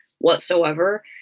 whatsoever